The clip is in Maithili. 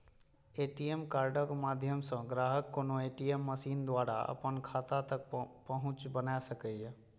ए.टी.एम कार्डक माध्यम सं ग्राहक कोनो ए.टी.एम मशीन द्वारा अपन खाता तक पहुंच बना सकैए